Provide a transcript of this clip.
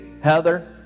Heather